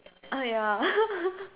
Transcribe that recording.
uh ya